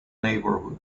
neighbourhood